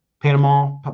Panama